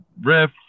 riff